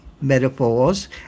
metaphors